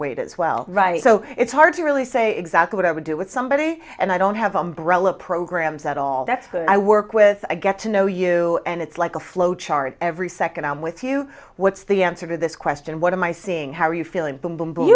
weight as well right so it's hard to really say exactly what i would do with somebody and i don't have them breland programs at all that i work with get to know you and it's like a flow chart every second i'm with you what's the answer to this question what am i seeing how are you feeling boom boom boom